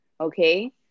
Okay